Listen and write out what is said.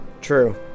True